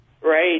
Right